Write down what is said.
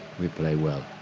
we play well.